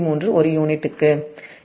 063 ஒரு யூனிட்டுக்கு வருகிறது